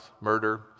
murder